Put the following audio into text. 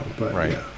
Right